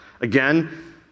again